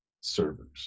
servers